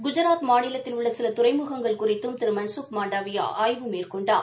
குஜராத் மாநிலத்தில் உள்ள சில துறைமுகங்கள் குறித்தும் திரு மன்சுக் மாண்டவியா ஆய்வு மேற்கொண்டார்